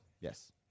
yes